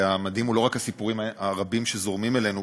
והמדהים הוא לא רק הסיפורים הרבים שזורמים אלינו,